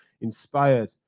inspired